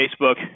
facebook